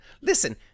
Listen